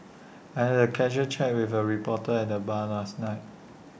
I had A casual chat with A reporter at the bar last night